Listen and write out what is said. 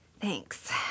Thanks